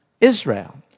Israel